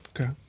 Okay